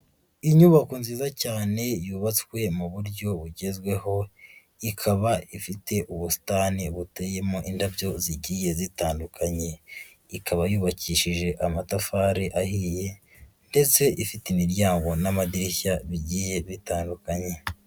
Inyubako nziza cyane yubatswe mu buryo bugezweho, ikaba ifite ubusitani buteyemo indabyo zigiye zitandukanye. Ikaba yubakishije amatafari ahiye, ndetse ifite imiryango n'amadirishya bigiye bitandukanye.